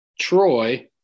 Troy